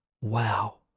wow